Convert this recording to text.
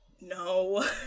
No